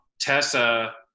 Tessa